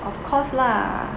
of course lah